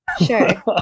Sure